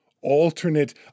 alternate